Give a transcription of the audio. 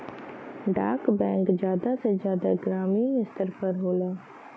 डाक बैंक जादा से जादा ग्रामीन स्तर पर होला